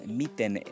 miten